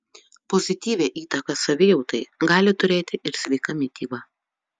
pozityvią įtaką savijautai gali turėti ir sveika mityba